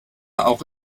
auch